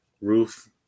roof